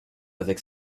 avec